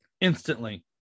instantly